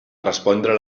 respondre